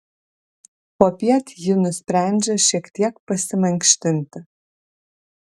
popiet ji nusprendžia šiek tiek pasimankštinti